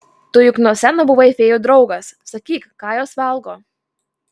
tu juk nuo seno buvai fėjų draugas sakyk ką jos valgo